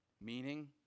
Meaning